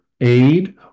aid